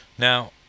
Now